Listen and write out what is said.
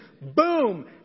Boom